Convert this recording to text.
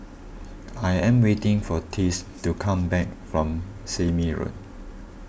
I am waiting for Tess to come back from Sime Road